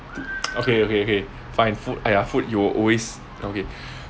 okay okay okay fine food !aiya! food you'll always okay